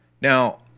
Now